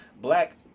Black